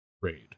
raid